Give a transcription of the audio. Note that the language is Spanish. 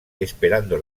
esperando